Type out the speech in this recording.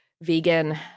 vegan